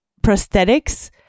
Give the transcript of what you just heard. prosthetics